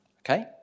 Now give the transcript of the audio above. Okay